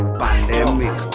pandemic